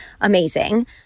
amazing